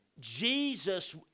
Jesus